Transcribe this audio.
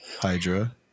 hydra